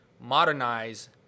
modernize